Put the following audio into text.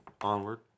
onward